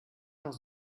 noch